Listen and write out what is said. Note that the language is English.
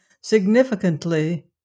significantly